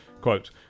quote